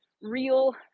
real